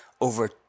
over